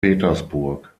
petersburg